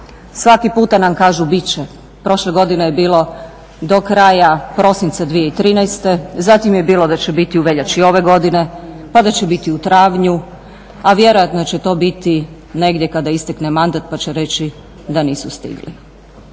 svaki puta nam kažu biti će, prošle godine je bilo do kraja prosinca 2013., zatim je bilo da će biti u veljači ove godine, pa da će biti u travnju a vjerojatno će to biti negdje kada istekne mandat pa će reći da nisu stigli.